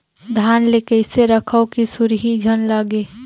धान ल कइसे रखव कि सुरही झन लगे?